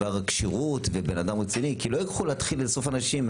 כשירות ובן אדם רציני כי לא ילכו להתחיל לאסוף אנשים,